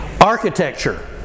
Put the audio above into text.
architecture